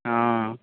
ହଁ